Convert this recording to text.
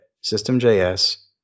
System.js